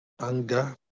anger